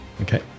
Okay